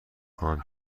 خواهم